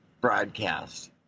broadcast